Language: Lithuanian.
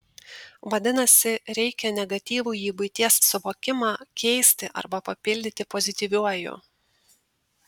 vadinasi reikia negatyvųjį buities suvokimą keisti arba papildyti pozityviuoju